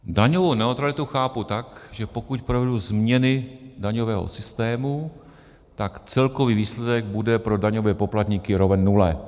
Daňovou neutralitu chápu tak, že pokud provedu změny daňového systému, tak celkový výsledek bude pro daňové poplatníky roven nule.